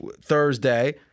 Thursday